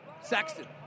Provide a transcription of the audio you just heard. Sexton